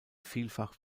vielfach